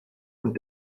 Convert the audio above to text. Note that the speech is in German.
und